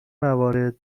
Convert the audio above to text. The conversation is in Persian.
موارد